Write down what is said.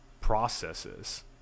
processes